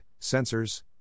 sensors